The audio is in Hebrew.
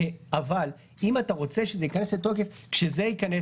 אבל אם אתה רוצה שזה ייכנס לתוקף כשזה ייכנס